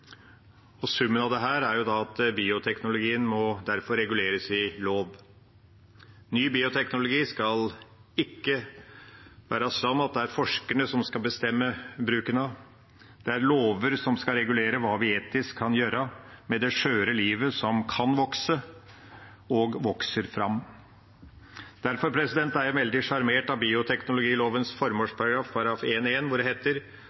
og summen av dette er at bioteknologien derfor må reguleres i lov. Ny bioteknologi skal ikke være sånn at det er forskerne som skal bestemme bruken av den. Det er lover som skal regulere hva vi etisk kan gjøre med det skjøre livet som kan vokse og vokser fram. Derfor er jeg veldig sjarmert av bioteknologilovens formålsparagraf, § 1-1, hvor det heter: